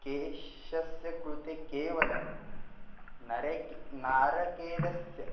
केश्शस्य कृते केवलं नरेक् नारिकेलस्य